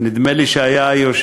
נדמה לי שהיושב-ראש